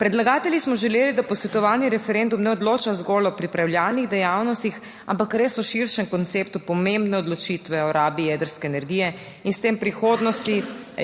Predlagatelji smo želeli, da posvetovalni referendum ne odloča zgolj o pripravljalnih dejavnostih, ampak res o širšem konceptu pomembne odločitve o rabi jedrske energije in s tem prihodnosti